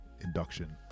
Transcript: induction